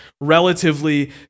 relatively